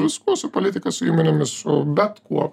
viskuo su politika su įmonėmis su bet kuo